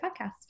Podcast